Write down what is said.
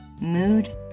mood